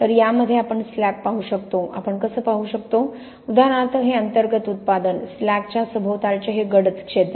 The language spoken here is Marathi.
तर यामध्ये आपण स्लॅग पाहू शकतो आपण कसे पाहू शकतो उदाहरणार्थ हे अंतर्गत उत्पादन स्लॅगच्या सभोवतालचे हे गडद क्षेत्र